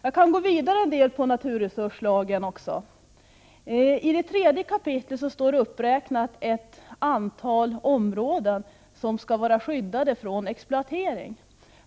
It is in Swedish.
Jag skall gå lite vidare när det gäller naturresurslagen. I kapitel 3 finns en uppräkning av ett antal områden som skall vara skyddade mot exploatering.